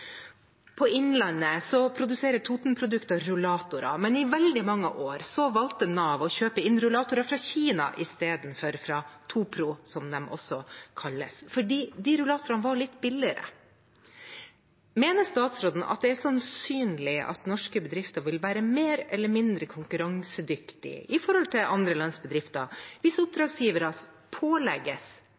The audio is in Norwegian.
På Innlandet produserer Totenprodukter rullatorer, men i veldig mange år valgte Nav å kjøpe inn rullatorer fra Kina istedenfor fra TOPRO, som de også kalles, fordi de rullatorene var litt billigere. Mener statsråden at det er sannsynlig at norske bedrifter vil være mer eller mindre konkurransedyktige i forhold til andre lands bedrifter, hvis oppdragsgivere pålegges